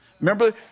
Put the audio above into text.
Remember